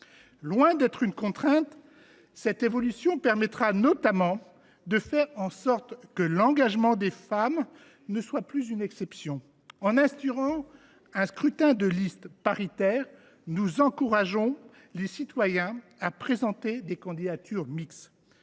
Loin d’être une contrainte, cette évolution permettra notamment de faire en sorte que l’engagement des femmes ne soit plus une exception. En instaurant un scrutin de liste paritaire, nous encourageons les citoyens à présenter des candidatures mixtes.